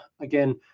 Again